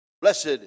Blessed